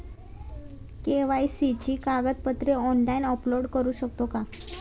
KYC ची कागदपत्रे online upload करू शकतो का?